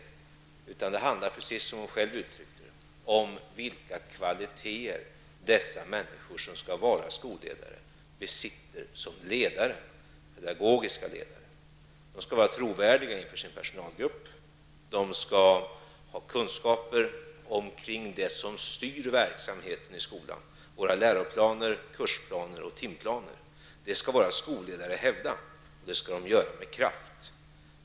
Som hon själv sade handlar det om vilka kvaliteter som pedagogiska ledare de människor som skall vara skolledare besitter. De skall vara trovärdiga inför sin personal, och de skall ha kunskaper om det som styr verksamheten i skolan -- läroplaner, kursplaner och timplaner. Dessa skall våra skolledare hävda och kunna göra det med kraft.